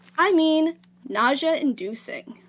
i mean nausea inducing.